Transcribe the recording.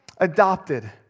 adopted